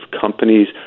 companies